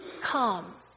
come